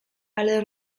ale